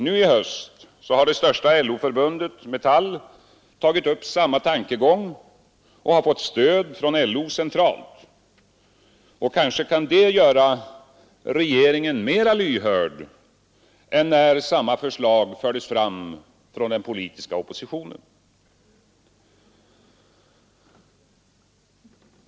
Nu i höst har det största LO-förbundet, Metall, tagit upp samma tankegångar och fått stöd från LO centralt. Kanske kan detta göra regeringen mera lyhörd än den var när samma förslag fördes fram från den politiska oppositionen.